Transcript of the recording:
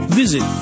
visit